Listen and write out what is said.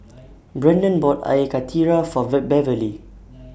Brendan bought Air Karthira For The Beverlee